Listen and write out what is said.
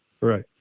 Right